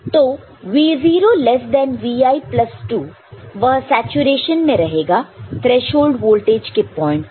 तो Vo less than Vi plus 2 वह saturation में रहेगा थ्रेशोल्ड वोल्टेज के पॉइंट तक